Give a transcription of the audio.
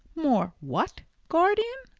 more what, guardian?